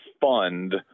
fund